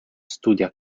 studia